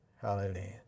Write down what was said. Hallelujah